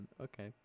okay